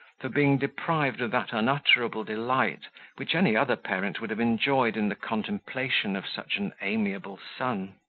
for being deprived of that unutterable delight which any other parent would have enjoyed in the contemplation of such an amiable son.